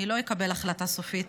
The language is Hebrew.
אני לא אקבל החלטה סופית